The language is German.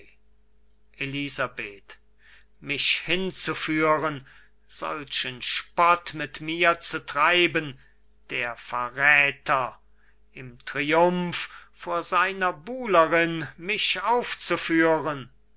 elisabeth mich hinführen solchen spott mit mir zu treiben der verräter im triumph vor seiner buhlerin mich aufzuführen